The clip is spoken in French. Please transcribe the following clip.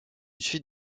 suite